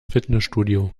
fitnessstudio